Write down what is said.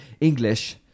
English